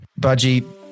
Budgie